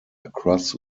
across